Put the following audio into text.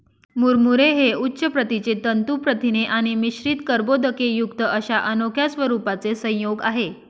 मुरमुरे हे उच्च प्रतीचे तंतू प्रथिने आणि मिश्रित कर्बोदकेयुक्त अशा अनोख्या स्वरूपाचे संयोग आहे